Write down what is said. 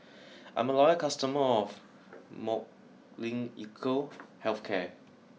I'm a loyal customer of Molnylcke Health Care